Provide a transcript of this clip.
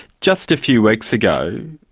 just a few weeks go,